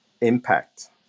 impact